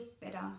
better